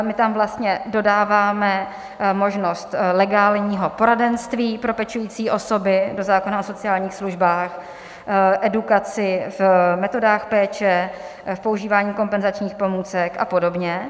My tam vlastně dodáváme možnost legálního poradenství pro pečující osoby dle zákona o sociálních službách, edukaci v metodách péče, používání kompenzačních pomůcek a podobně.